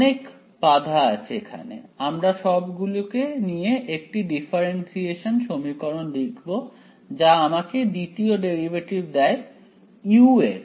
অনেক বাধা আছে এখানে আমরা সব গুলোকে নিয়ে একটি ডিফারেন্সিয়েশন সমীকরণ লিখব যা আমাকে দ্বিতীয় ডেরিভেটিভ দেয় u এর